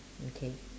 okay